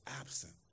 absent